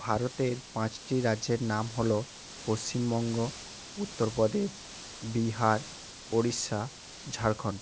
ভারতের পাঁচটি রাজ্যের নাম হলো পশ্চিমবঙ্গ উত্তর প্রদেশ বিহার ওড়িষ্যা ঝাড়খন্ড